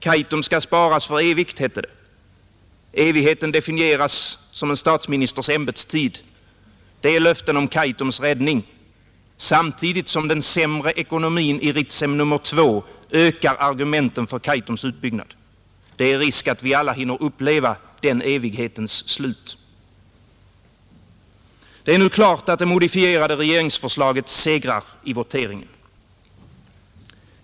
Kaitum skall sparas för evigt, hette det. Evigheten definieras som en statsministers ämbetstid, det är löftet om Kaitums räddning, samtidigt som den sämre ekonomin i Ritsem nr 2 ökar argumenten för Kaitums utbyggnad. Det är risk att vi alla hinner uppleva den evighetens slut. Det är nu klart att det modifierade regeringsförslaget segrar i voteringen.